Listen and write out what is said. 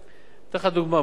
בוז'י הרצוג יושב פה,